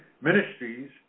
ministries